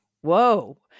Whoa